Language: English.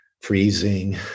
freezing